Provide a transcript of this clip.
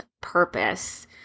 purpose